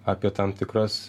apie tam tikras